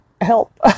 help